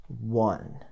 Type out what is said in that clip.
one